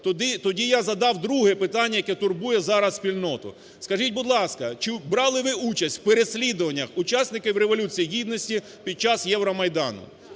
Тоді я задав друге питання, яке турбує зараз спільноту: скажіть, будь ласка, чи брали ви участь у переслідуваннях учасників Революції Гідності під час Євромайдану.